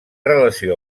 relació